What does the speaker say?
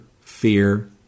fear